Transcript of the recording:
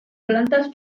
plantas